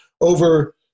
over